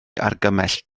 argymell